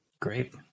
Great